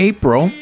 April